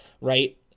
right